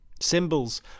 Symbols